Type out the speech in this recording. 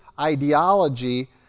ideology